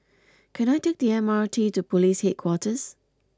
can I take the M R T to Police Headquarters